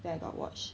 then I got watch